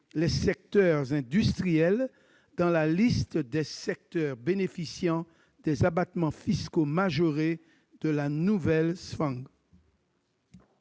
les secteurs industriels dans la liste des secteurs bénéficiant des abattements fiscaux majorés des nouvelles Zfang.